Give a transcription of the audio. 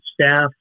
staff